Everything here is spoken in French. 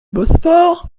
bosphore